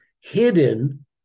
hidden